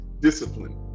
discipline